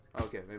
Okay